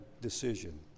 decision